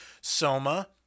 Soma